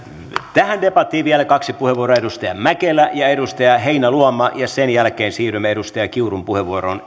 tähän debattiin vielä kaksi puheenvuoroa edustaja mäkelä ja edustaja heinäluoma ja sen jälkeen siirrymme edustaja kiurun puheenvuoroon